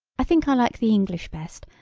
i think i like the english best.